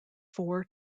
four